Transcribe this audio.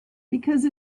because